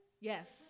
Yes